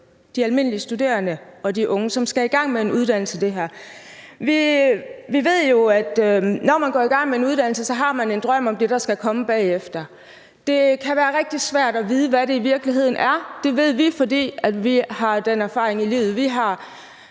de almindelige studerende og de unge, som skal i gang med en uddannelse? Vi ved jo, at man, når man går i gang med en uddannelse, har en drøm om det, der skal komme bagefter. Det kan være rigtig svært at vide, hvad det i virkeligheden er. Det ved vi, fordi vi har den erfaring i livet,